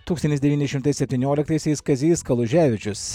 tūkstantis devyni šimtai septynioliktaisiais kazys kaluževičius